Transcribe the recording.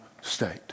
state